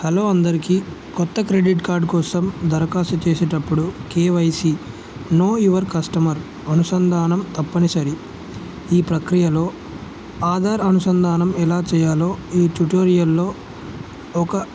hello అందరికీ కొత్త credit card కోసం దరఖాస్తు చేసేటప్పుడు కేవైసి నో యువర్ కస్టమర్ అనుసంధానం తప్పనిసరి ఈ ప్రక్రియలో ఆధార్ అనుసంధానం ఎలా చేయాలో ఈ ట్యూటోరియల్లో ఒక